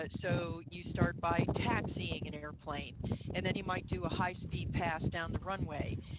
ah so you start by taxiing an airplane and then you might do a high speed pass down the runway.